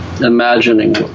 imagining